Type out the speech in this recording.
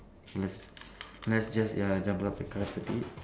let's let's just ya jumble up the cards a bit